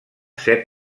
set